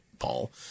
Paul